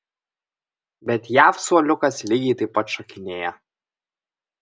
bet jav suoliukas lygiai taip pat šokinėja